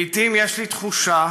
לעיתים יש לי תחושה